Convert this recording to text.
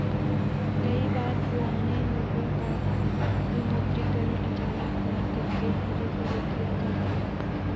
कई बार पुराने नोटों का विमुद्रीकरण अचानक न करके धीरे धीरे किया जाता है